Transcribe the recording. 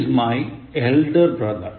He's my elder brother